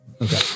Okay